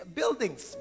buildings